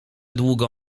długo